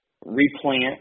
replant